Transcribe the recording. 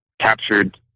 captured